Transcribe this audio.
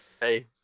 hey